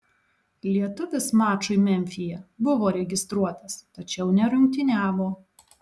lietuvis mačui memfyje buvo registruotas tačiau nerungtyniavo